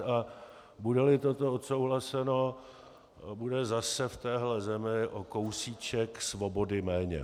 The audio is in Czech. A budeli toto odsouhlaseno, bude zase v téhle zemi o kousíček svobody méně.